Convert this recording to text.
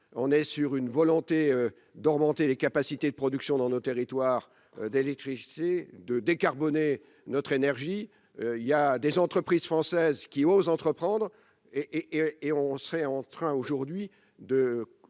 on est sur une volonté d'augmenter les capacités de production dans nos territoires d'électricité de décarboner notre énergie il y a des entreprises françaises qui ose entreprendre et et on serait en train aujourd'hui de